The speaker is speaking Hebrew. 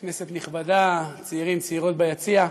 כנסת נכבדה, צעירים-צעירות ביציע,